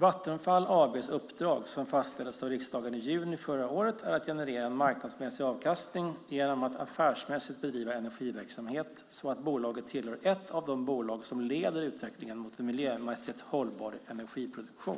Vattenfall AB:s uppdrag, som fastställdes av riksdagen i juni förra året, är att generera en marknadsmässig avkastning genom att affärsmässigt bedriva energiverksamhet så att bolaget tillhör ett av de bolag som leder utvecklingen mot en miljömässigt hållbar energiproduktion.